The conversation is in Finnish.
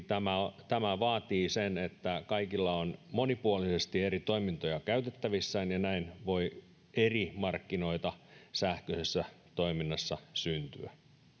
tämä tämä vaatii sen että kaikilla on monipuolisesti eri toimintoja käytettävissään ja näin voi eri markkinoita sähköisessä toiminnassa syntyä